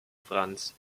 franz